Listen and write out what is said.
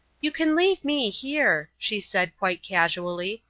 you can leave me here, she said, quite casually,